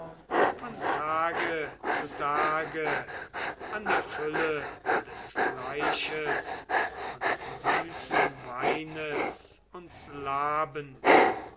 von tage zu tage an der fülle des fleisches und süßen weines uns labend